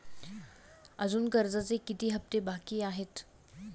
अजुन कर्जाचे किती हप्ते बाकी आहेत?